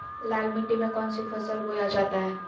लाल मिट्टी में कौन सी फसल बोया जाता हैं?